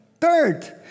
Third